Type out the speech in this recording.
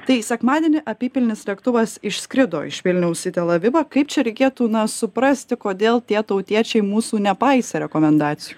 tai sekmadienį apypilnis lėktuvas išskrido iš vilniaus į tel avivą kaip čia reikėtų suprasti kodėl tie tautiečiai mūsų nepaisė rekomendacijų